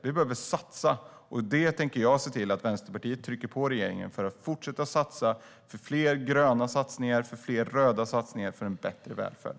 Vi behöver satsa, och jag tänker se till att Vänsterpartiet trycker på regeringen för att man ska fortsätta att göra fler gröna satsningar och röda satsningar för en bättre välfärd.